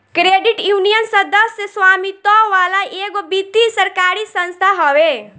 credit union, सदस्य स्वामित्व वाला एगो वित्तीय सरकारी संस्था हवे